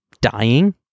dying